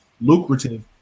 lucrative